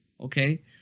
okay